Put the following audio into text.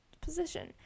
position